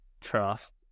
trust